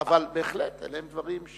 אבל בהחלט אלה הם דברים,